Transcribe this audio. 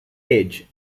edge